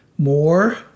More